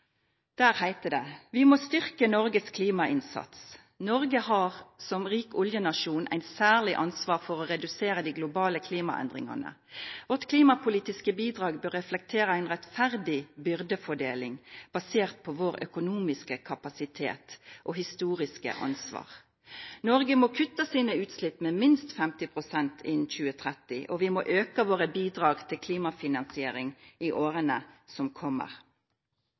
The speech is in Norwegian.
Der heiter det at vi «Må styrke Norges klimainnsats. Norge har, som rik oljenasjon, et særlig ansvar for å redusere de globale klimaendringene. Vårt klimapolitiske bidrag bør reflektere en rettferdig byrdefordeling basert på vår økonomiske kapasitet og historiske ansvar. Norge må kutte sine utslipp med minst 50 prosent innen 2030. Og vi må øke våre bidrag til klimafinansiering i årene som kommer.